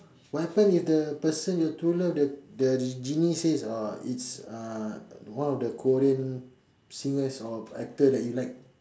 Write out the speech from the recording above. what happen if the person your true love the the ge~ genie says oh it's uh one of the Korean singers or actor that you like